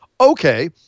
Okay